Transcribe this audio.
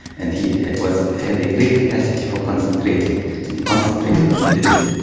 and he was, had a great capacity for concentrating and he concentrated and did it.